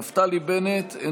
אינו נוכח נפתלי בנט,